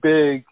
Big